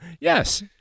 Yes